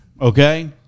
okay